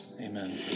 Amen